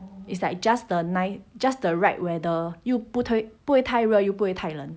it's like just the nice just the right weather 又不会太热又不会太冷